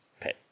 pet